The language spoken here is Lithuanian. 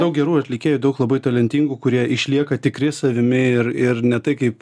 daug gerų atlikėjų daug labai talentingų kurie išlieka tikri savimi ir ir ne tai kaip